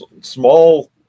small